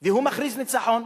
והוא מכריז ניצחון.